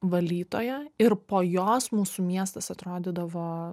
valytoja ir po jos mūsų miestas atrodydavo